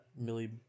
Millie